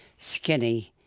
skinny,